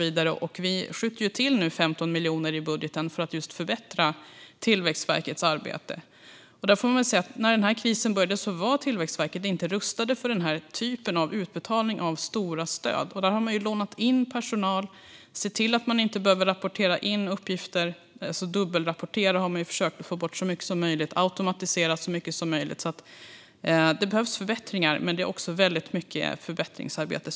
Vi skjuter nu till 15 miljoner i budgeten för att förbättra Tillväxtverkets arbete. När krisen inleddes var Tillväxtverket inte rustat för den typen av utbetalning av stora stöd. Verket har lånat in personal, försökt att få bort dubbelrapportering och automatiserat så mycket som möjligt. Det behövs förbättringar, men det görs också mycket förbättringsarbete.